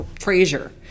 Frazier